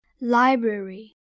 Library